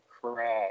crap